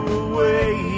away